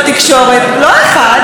לא אחד, שניים.